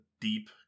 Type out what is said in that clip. deep